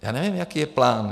Já nevím, jaký je plán.